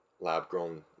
lab-grown